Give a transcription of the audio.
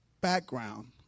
background